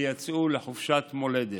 ויצאו לחופשת מולדת.